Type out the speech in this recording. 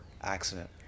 accident